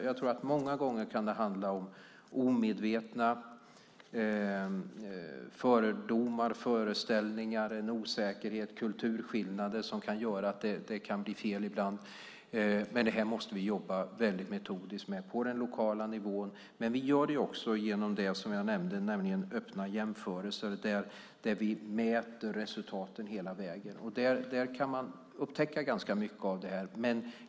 Jag tror att det många gånger kan handla om omedvetna fördomar och föreställningar, en osäkerhet och kulturskillnader som kan göra att det ibland kan bli fel. Detta måste vi jobba metodiskt med på den lokala nivån. Men vi gör det också genom det som jag nämnde, nämligen Öppna jämförelser där vi mäter resultaten hela vägen. Där kan man upptäcka ganska mycket av detta.